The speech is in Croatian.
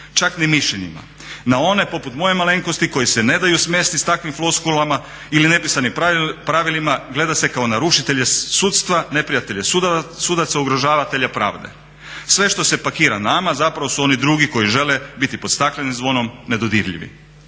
čak ni mišljenjima. Na one poput moje malenkosti koji se ne daju smesti s takvim floskulama ili nepisanim pravilima gleda se kao na rušitelje sudstva, neprijatelje sudaca, ugrožavatelje pravde. Sve što se pakira nama zapravo su oni drugi koji žele biti pod staklenim zvonom, nedodirljivi.